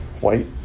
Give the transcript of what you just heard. White